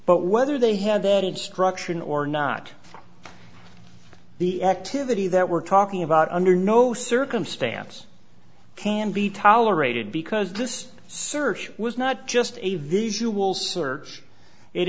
but whether they had the added structure in or not the activity that we're talking about under no circumstance can be tolerated because this search was not just a visual search it